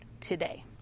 today